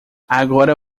agora